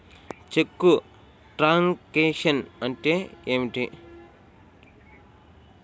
చెక్కు truncation అంటే ఏమిటి?